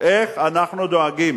איך אנחנו דואגים,